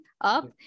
up